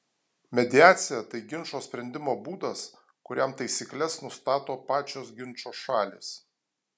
mediacija tai ginčo sprendimo būdas kuriam taisykles nustato pačios ginčo šalys